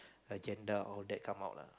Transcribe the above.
agenda all that come out lah